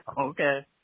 Okay